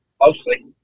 Mostly